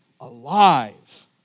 alive